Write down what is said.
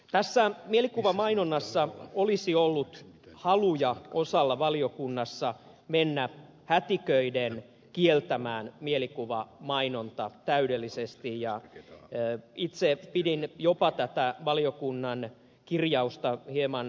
tässä mielikuvamainonnassa olisi ollut haluja osalla valiokunnan jäsenistä mennä hätiköiden kieltämään mielikuvamainonta täydellisesti ja itse pidin jopa tätä valiokunnan kirjausta hieman erikoisena